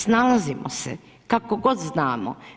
Snalazimo se kako god znamo.